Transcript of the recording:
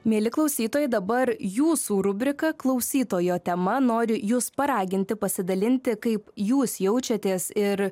mieli klausytojai dabar jūsų rubrika klausytojo tema noriu jus paraginti pasidalinti kaip jūs jaučiatės ir